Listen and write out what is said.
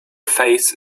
face